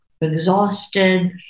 exhausted